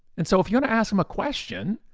and so if you wanna ask him a question,